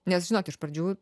nes žinot iš pradžių